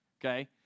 okay